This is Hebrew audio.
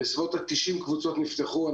נפתחו כ-90 קבוצות.